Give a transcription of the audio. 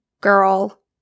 girl